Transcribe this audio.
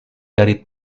dari